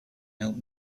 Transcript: help